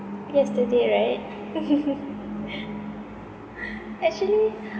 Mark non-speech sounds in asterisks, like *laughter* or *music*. yesterday right *laughs* actually